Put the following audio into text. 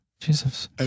Jesus